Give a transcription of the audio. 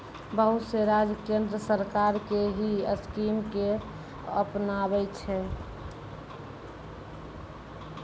बहुत से राज्य केन्द्र सरकार के ही स्कीम के अपनाबै छै